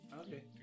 Okay